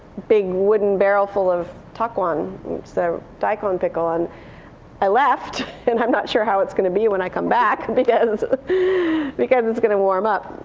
big wooden barrel full of takuan so daikon pickle and i left and i'm not sure how it's going to be when i come back because because it's going to warm up.